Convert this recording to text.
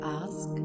ask